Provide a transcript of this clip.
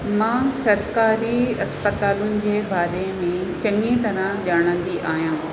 मां सरकारी इस्पतालुनि जे बारे में चङी तरह ॼाणंदी आहियां